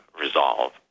resolve